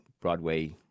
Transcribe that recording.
Broadway